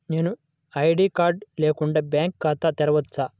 నేను ID card లేకుండా bank ఖాతా తెరవచ్చా?